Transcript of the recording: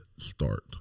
start